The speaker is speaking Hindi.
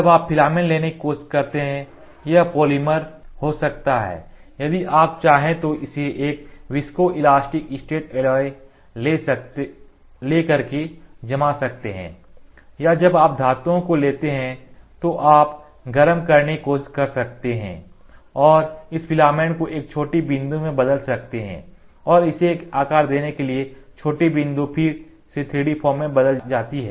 जब आप फिलामेंट लेने की कोशिश करते हैं तो यह पॉलीमर हो सकता है यदि आप चाहे तो इसे एक विस्को इलास्टिक स्टेट एलॉय ले करके जमा सकते हैं या जब आप धातुओं को लेते हैं तो आप गरम करने की कोशिश कर सकते हैं और इस फिलामेंट को एक छोटी बूंद में बदल सकते हैं और इसे एक आकार देने के लिए छोटी बूंद फिर से 3D फॉर्म में बदल जाती है